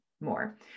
more